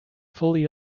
fully